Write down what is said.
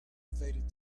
faded